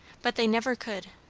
but they never could,